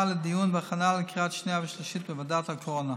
לדיון ולהכנה לקריאה שנייה ושלישית בוועדת הקורונה.